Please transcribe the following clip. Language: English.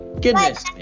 goodness